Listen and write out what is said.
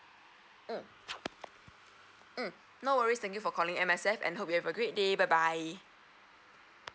mm mm no worries thank you for calling M_S_F and hope you have a great day bye bye